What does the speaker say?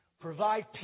Provide